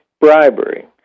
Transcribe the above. bribery